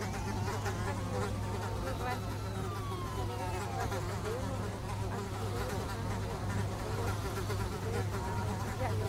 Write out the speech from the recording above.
ta kaníyo mi choun de ranchuyo chí kanión choun ranchuyo nuní: oñiñtayo tiandayó, oñiñtayo tinama. Jí yalaye